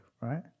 right